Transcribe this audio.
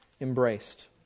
embraced